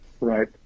Right